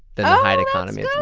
the hyde economy